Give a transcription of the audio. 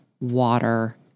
water